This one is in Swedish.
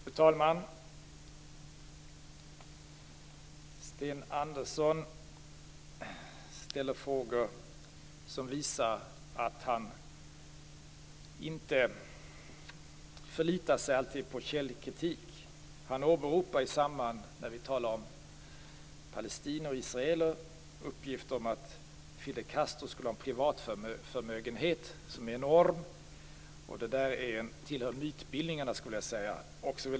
Fru talman! Sten Andersson ställer frågor som visar att han inte alltid förlitar sig på källkritik. I samband med att vi talar om palestinier och israeler åberopar han uppgifter om att Fidel Castro skulle ha en privatförmögenhet som är enorm. Det där tillhör mytbildningarna, skulle jag vilja säga.